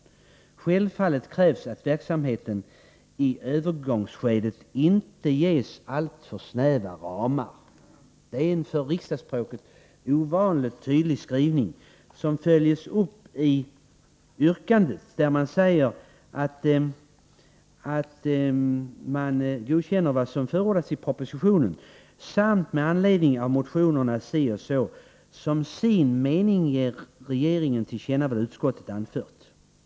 Självfallet krävs att verksamheten i övergångsskedet inte ges alltför snäva ramar.” Det är en för riksdagsspråket ovanligt tydlig skrivning, som följs upp i yrkandet där man säger att man godkänner vad som förordats i propositionen ”samt med anledning av motionerna 1983 84:2333 som sin mening ger regeringen till känna vad utskottet anfört”.